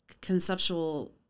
conceptual